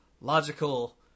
logical